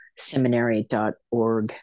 seminary.org